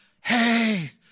hey